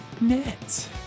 net